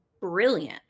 brilliant